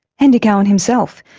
hendy cowan himself,